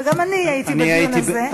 וגם אני הייתי בדיון הזה.